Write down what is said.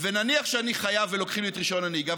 ונניח שאני חייב ולוקחים לי את רישיון הנהיגה,